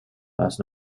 las